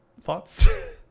thoughts